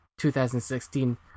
2016